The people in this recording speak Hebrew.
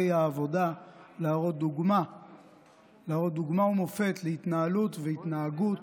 העבודה להראות דוגמה ומופת להתנהלות והתנהגות,